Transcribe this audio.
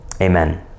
amen